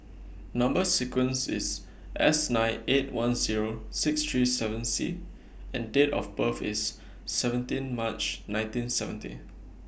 Number sequence IS S nine eight one Zero six three seven C and Date of birth IS seventeen March nineteen seventy